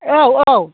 औ औ